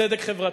צדק חברתי.